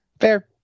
Fair